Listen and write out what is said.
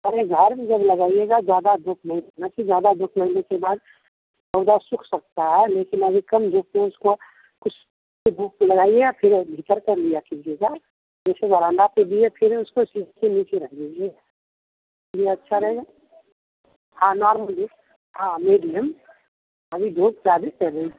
अपने घर में जब लगाइएगा ज्यादा धूप नहीं क्योंकि ज्यादा धूप मिलने के बाद पौधा सूख सकता है लेकिन अभी कम धूप है उसका कुछ देर धूप लगाइए फिर भीतर कर लिया कीजिएगा लीजिए कुछ देर वरांडा में रखियेगा फिर उसको कुर्सी के नीचे रख दीजिए ये अच्छा रहेगा आह हाँ नॉर्मल मीडियम अभी धूप जाड़े है थोड़े दिन